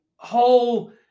whole